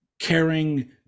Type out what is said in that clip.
caring